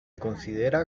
considera